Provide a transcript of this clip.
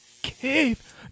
cave